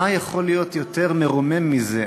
מה יכול להיות יותר מרומם מזה?